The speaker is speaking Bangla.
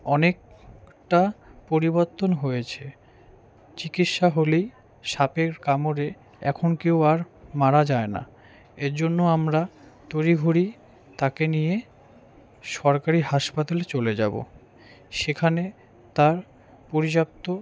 অনেকটা পরিবর্তন হয়েছে চিকিৎসা হলেই সাপের কামড়ে এখন কেউ আর মারা যায় না এর জন্য আমরা তড়িঘড়ি তাকে নিয়ে সরকারি হাসপাতালে চলে যাবো সেখানে তার পর্যাপ্ত